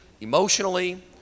emotionally